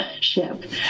ship